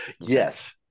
yes